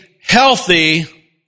healthy